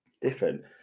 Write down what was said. different